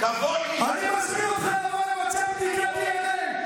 כבוד לי, אני מזמין אותך לבוא לבצע בדיקת דנ"א.